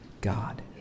God